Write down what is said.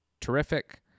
terrific